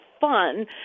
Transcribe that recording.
fun